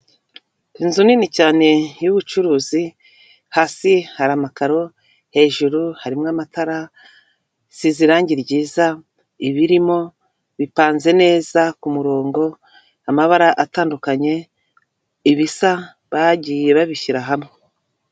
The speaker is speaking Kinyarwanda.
Inzu nini cyane y'ubucuruzi hasi hari amakaro hejuru harimo amatara isize irangi ryiza ibirimo bipanze neza ku murongo amabara atandukanye ibisa bagiye babishyira hamwe.